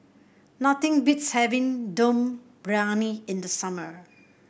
nothing beats having Dum Briyani in the summer